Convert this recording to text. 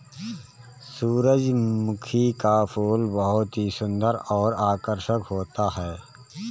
सुरजमुखी का फूल बहुत ही सुन्दर और आकर्षक होता है